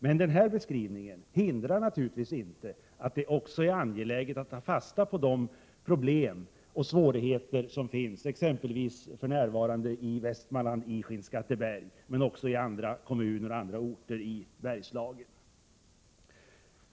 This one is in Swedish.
Men den här beskrivningen hindrar naturligtvis inte att det också är angeläget att ta fasta på de problem och svårigheter som finns exempelvis i Västmanland, Skinnskatteberg och andra kommuner och orter i Bergslagen.